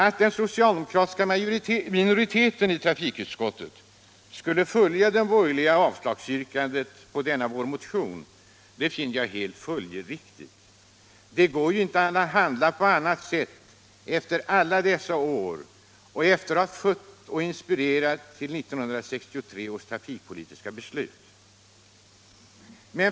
Att den socialdemokratiska minoriteten i trafikutskottet skulle följa de borgerliga i avslagsyrkandet på denna vår motion finner jag helt följdriktigt. Det går ju inte att handla på annat sätt efter alla dessa år och efter att ha fött och inspirerat till 1963 års trafikpolitiska beslut.